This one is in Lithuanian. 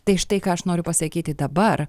tai štai ką aš noriu pasakyti dabar